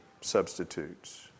substitutes